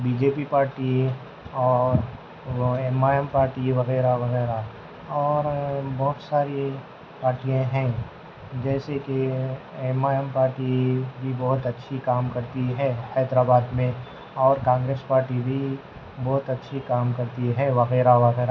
be J P party ہے اور وہ ایم آئی ایم پارٹی وغیرہ وغیرہ اور بہت ساری پارٹیاں ہیں جیسے کہ ایم آئی ایم پارٹی بھی بہت اچھی کام کرتی ہے حیدرآباد میں اور کانگریس پارٹی بھی بہت اچھی کام کرتی ہے وغیرہ وغیرہ